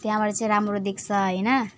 चाहिँ राम्रो देख्छ होइन